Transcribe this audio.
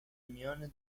میان